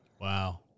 Wow